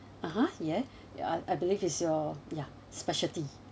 (uh huh) yeah I I believe is your ya speciality